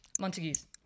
Montagues